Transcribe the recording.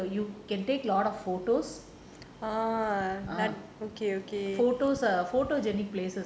you can take a lot of photos uh photos err photogenic places